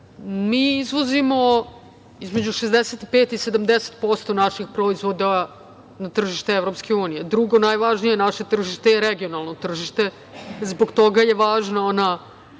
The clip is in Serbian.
izvozimo između 65 i 70% naših proizvoda na tržište EU. Drugo najvažnije, naše tržište je regionalno tržište. Zbog toga je važna ona